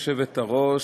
גברתי היושבת-ראש,